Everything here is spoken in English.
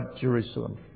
Jerusalem